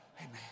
Amen